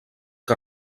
que